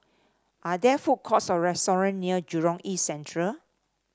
are there food courts or restaurant near Jurong East Central